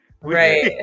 Right